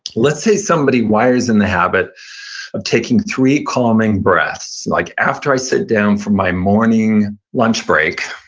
let's say somebody wires in the habit of taking three calming breaths. like after i sit down for my morning lunch break,